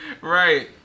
Right